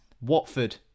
Watford